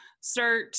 start